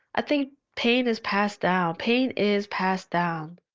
i think pain is passed down. pain is passed down